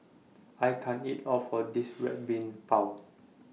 I can't eat All of This Red Bean Bao